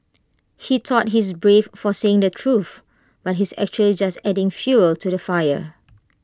he thought he's brave for saying the truth but he's actually just adding fuel to the fire